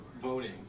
voting